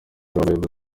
w’abayobozi